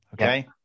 Okay